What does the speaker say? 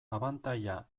abantaila